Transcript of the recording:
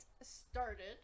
started